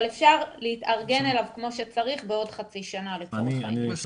אבל אפשר להתארגן עליו כמו שצריך בעוד חצי שנה לצורך העניין.